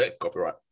Copyright